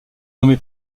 nommé